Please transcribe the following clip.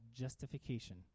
justification